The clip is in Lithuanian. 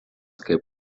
kaip